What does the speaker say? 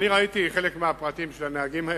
אני ראיתי חלק מהפרטים של הנהגים האלה,